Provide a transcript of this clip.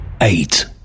eight